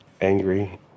angry